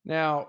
Now